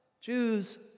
Jews